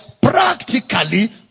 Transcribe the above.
practically